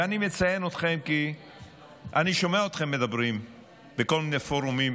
ואני מציין אתכם כי אני שומע אתכם מדברים בכל מיני פורומים